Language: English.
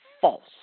false